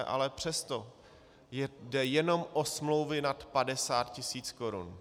Ale přesto jde jenom o smlouvy nad 50 tisíc korun.